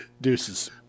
Deuces